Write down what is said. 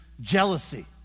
jealousy